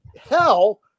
hell